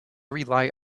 rely